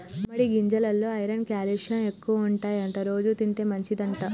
గుమ్మడి గింజెలల్లో iron calcium ఎక్కువుంటాయట రోజు తింటే మంచిదంట